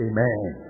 Amen